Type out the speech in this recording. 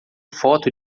foto